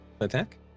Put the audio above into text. attack